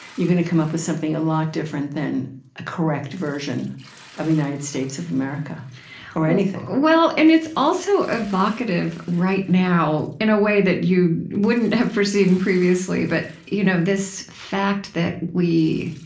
you're going to come up with something a lot different than a correct version of the united states of america or anything and it's also evocative right now, in a way that you wouldn't have foreseen previously, but you know this fact that we,